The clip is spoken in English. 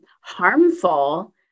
harmful